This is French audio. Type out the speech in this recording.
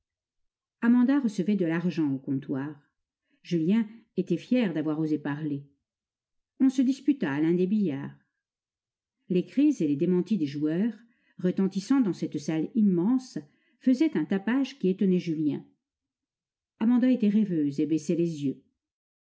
amanda recevait de l'argent au comptoir julien était fier d'avoir osé parler on se disputa à l'un des billards les cris et les démentis des joueurs retentissant dans cette salle immense faisaient un tapage qui étonnait julien amanda était rêveuse et baissait les yeux